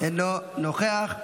אינו נוכח.